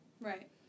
Right